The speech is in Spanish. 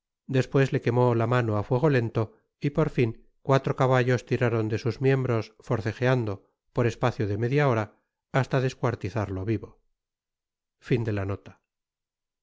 despues te quemo ta mano a fuego tento y por fin cuatro cabattos tiraron de sus miembros forcejando por espacio de media hora basta'descuartizarte vivo